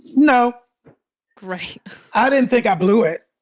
no great i didn't think i blew it.